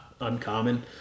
uncommon